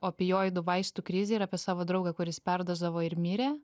opioidų vaistų krizę ir apie savo draugą kuris perdozavo ir mirė